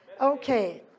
Okay